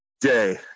day